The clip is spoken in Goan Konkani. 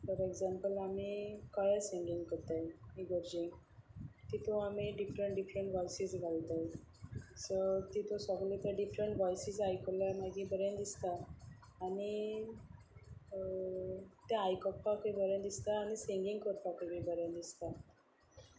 फॉर एग्जाम्पल आमी कोयर सिंगींग करतात इगोर्जेंक तातूंत आमी डिफरंट डिफरंट वॉयसीस घालतात सो तातूंत सगलें ते डिफरंट वॉयसीस आयकले मागीर बरें दिसता आनी तें आयकुपाकूय बरें दिसता आनी सिंगींग करपाकूय बी बरें दिसता